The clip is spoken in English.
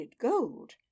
gold